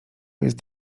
jest